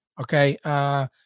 Okay